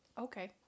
Okay